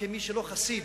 כמי שהוא לא חסיד,